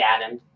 Adam